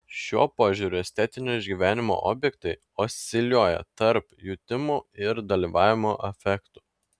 šiuo požiūriu estetinio išgyvenimo objektai osciliuoja tarp jutimų ir dalyvavimo efektų